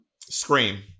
Scream